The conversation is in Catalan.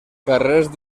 carrers